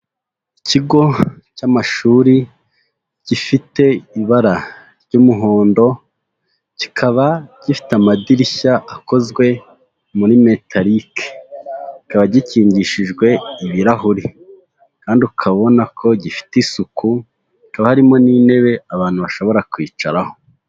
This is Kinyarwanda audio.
Ikigo cy'amashuri gifite ibara ry'umuhondo, kikaba gifite amadirishya akozwe muri metarike. Kikaba gikingishijwe ibirahuri kandi ukaba ubona ko gifite isuku, hakaba harimo n'intebe abantu bashobora kwicaraho.